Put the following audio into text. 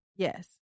Yes